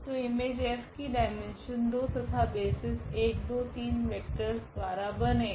तो image F की dimension 2 तथा बेसिस 1 2 3 1 3 4 वेक्टरस द्वारा बनेगा